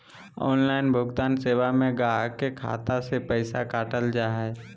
online भुगतान सेवा में गाहक के खाता से पैसा काटल जा हइ